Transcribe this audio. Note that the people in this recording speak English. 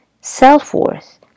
self-worth